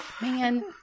Man